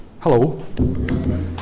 Hello